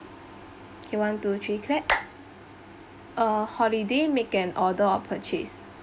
okay one two three clap uh holiday make an order or purchase